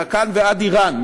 מכאן ועד איראן,